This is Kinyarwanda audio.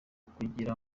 kugira